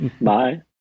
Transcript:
bye